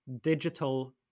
digital